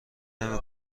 نمی